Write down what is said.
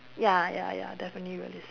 ya ya ya definitely will listen